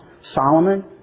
Solomon